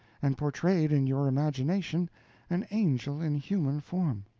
and portrayed in your imagination an angel in human form.